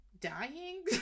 Dying